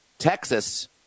Texas